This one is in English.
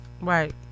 Right